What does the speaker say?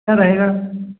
कितना रहेगा